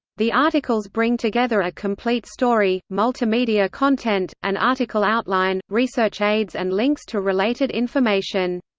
the articles bring together a complete story, multimedia content, an article outline, research aids and links to related information.